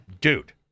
Dude